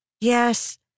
Yes